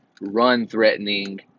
run-threatening